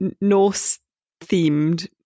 Norse-themed